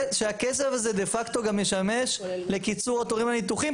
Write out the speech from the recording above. שהכסף הזה דה פקטו גם משמש קיצור התורים לניתוחים,